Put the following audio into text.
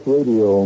Radio